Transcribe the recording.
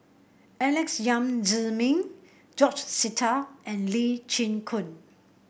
Alex Yam Ziming George Sita and Lee Chin Koon